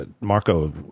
Marco